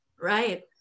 right